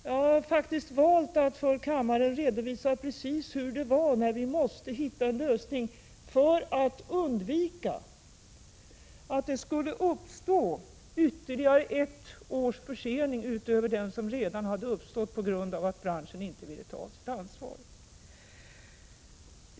Jag har valt att för kammaren redovisa precis hur det faktiskt förhöll sig, när vi måste hitta en lösning för att undvika att det skulle uppstå ytterligare ett års försening utöver den som redan hade uppkommit på grund av att branschen inte ville ta sitt ansvar.